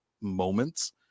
moments